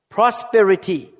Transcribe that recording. Prosperity